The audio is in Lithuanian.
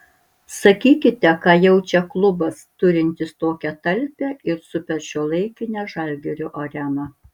sakykite ką jaučia klubas turintis tokią talpią ir superšiuolaikinę žalgirio areną